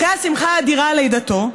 אחרי השמחה האדירה על לידתו,